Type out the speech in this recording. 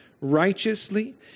righteously